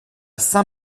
saint